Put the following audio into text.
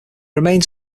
remains